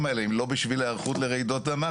האלה אם לא בשביל היערכות לרעידות אדמה?